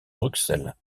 bruxelles